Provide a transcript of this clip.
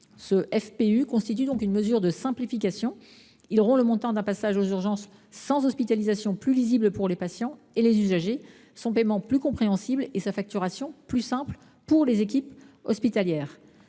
Ce FPU constitue donc une mesure de simplification. Il rend le montant d’un passage aux urgences sans hospitalisation plus lisible pour les patients et les usagers, son paiement plus compréhensible et sa facturation plus simple pour les équipes hospitalières.